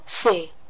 say